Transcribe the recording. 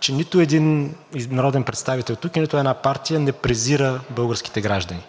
че нито един народен представител тук, нито една партия не презира българските граждани.